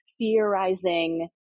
theorizing